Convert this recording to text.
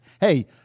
Hey